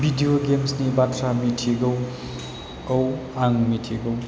video गेमसनि बाथ्रा मिथिगौ औ आं मिथिगौ